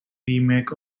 remake